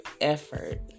effort